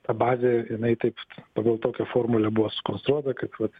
ta bazė jinai taip pagal tokią formulę buvo sukonstruota kaip vat